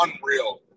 unreal